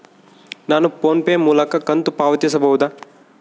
ನಾವು PhonePe ಮೂಲಕ ಕಂತು ಪಾವತಿಸಬಹುದಾ?